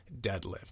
deadlift